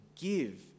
give